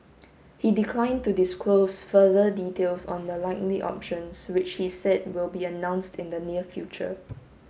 he declined to disclose further details on the likely options which he said will be announced in the near future